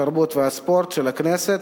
התרבות והספורט של הכנסת,